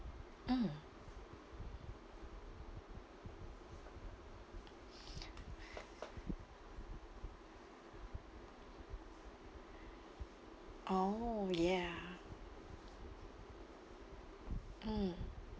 mm oh ya mm